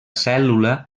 cèl·lula